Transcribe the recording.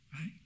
Right